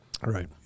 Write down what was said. Right